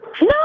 No